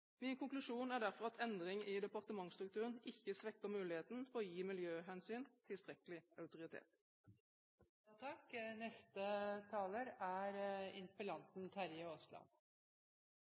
Min konklusjon er derfor at endringen i departementsstrukturen ikke svekker muligheten for å gi miljøhensyn tilstrekkelig autoritet.